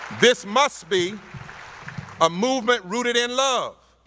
this must be a movement rooted in love.